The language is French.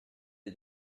des